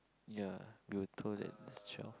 ya we were told that there's twelve